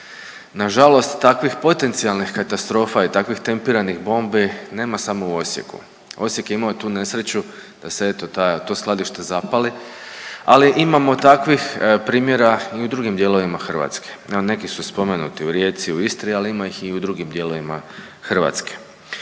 Nažalost takvih potencijalnih katastrofa i takvih tempiranih bombi nema samo u Osijeku. Osijek je imao tu nesreću da se eto ta, to skladište zapali, ali imamo takvih primjera i u drugim dijelovima Hrvatske. Evo neki su spomenuti u Rijeci, u Istri, ali ima ih i u drugim dijelovima Hrvatske.